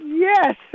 Yes